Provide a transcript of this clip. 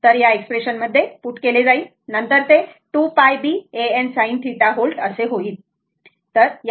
तर ते या एक्सप्रेशन मध्ये पूट केले जाईल नंतर ते 2 π B a n sin θ volt होईल बरोबर तर मला ते समजाऊ दे